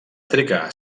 trigar